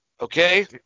Okay